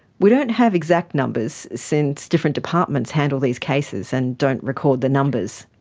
we don't have exact numbers, since different departments handle these cases and don't record the numbers.